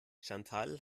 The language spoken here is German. chantal